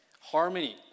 Harmony